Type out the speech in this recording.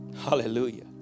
Hallelujah